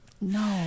No